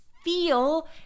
feel